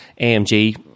AMG